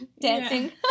dancing